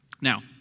Now